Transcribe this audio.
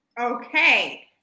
okay